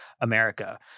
America